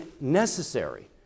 necessary